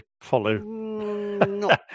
follow